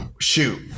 shoot